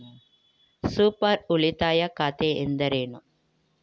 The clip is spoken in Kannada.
ಸೂಪರ್ ಉಳಿತಾಯ ಖಾತೆ ಎಂದರೇನು?